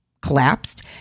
collapsed